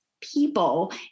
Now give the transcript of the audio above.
people